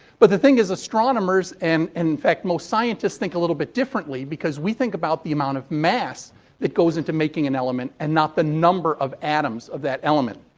but, the thing is, astronomers, and, in fact, most scientists, think a little bit differently because we think about the amount of mass that goes into making an element and not the number of atoms of that element.